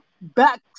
back